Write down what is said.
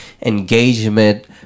engagement